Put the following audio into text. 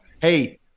hey